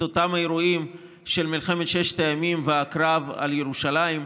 האירועים של מלחמת ששת הימים והקרב על ירושלים.